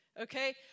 Okay